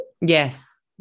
yes